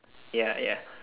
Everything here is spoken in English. ya ya